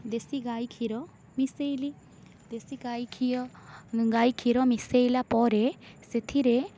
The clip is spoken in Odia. ଦେଶୀ ଗାଈ କ୍ଷୀର ମିଶେଇଲି ଦେଶୀ ଗାଈ ଗାଈ କ୍ଷୀର ମିଶାଇଲା ପରେ ସେଥିରେ